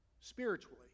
spiritually